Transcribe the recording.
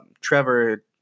Trevor